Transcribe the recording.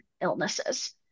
illnesses